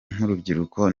nk’urubyiruko